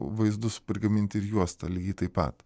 vaizdus prigaminti ir juosta lygiai taip pat